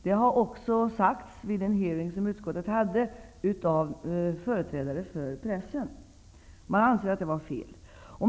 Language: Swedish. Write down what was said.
Det har också sagts av företrädare för pressen vid en hearing som socialförsäkringsutskottet har haft.